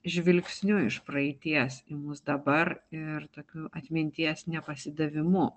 žvilgsniu iš praeities į mus dabar ir tokiu atminties nepasidavimu